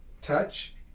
Touch